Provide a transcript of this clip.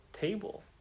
table